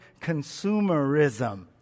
consumerism